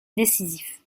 décisif